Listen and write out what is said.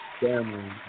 family